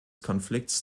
konflikts